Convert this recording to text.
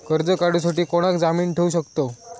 कर्ज काढूसाठी कोणाक जामीन ठेवू शकतव?